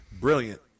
Brilliant